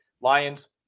Lions